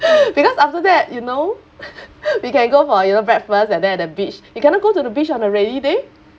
because after that you know we can go for you know breakfast and then at the beach you cannot go to the beach on a rainy day